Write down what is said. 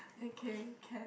okay can